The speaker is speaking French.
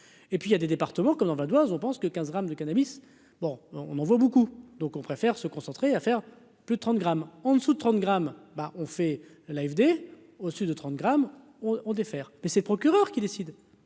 et puis il y a des départements comment va doivent, on pense que 15 grammes de cannabis, bon, on en voit beaucoup, donc on préfère se concentrer à faire plus de 30 grammes en dessous de 30 grammes bah, on fait l'AFD, au sud de 30 grammes on on défaire mais c'est procureur qui décide,